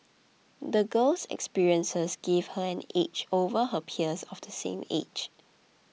the girl's experiences gave her an edge over her peers of the same age